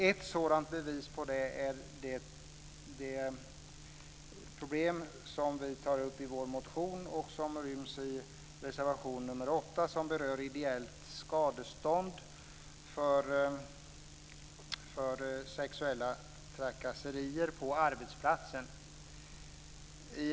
Ett bevis på det är det problem som vi tar upp vår motion och som ryms i reservation nr 22 som berör ideellt skadestånd för sexuella trakasserier på arbetsplatsen.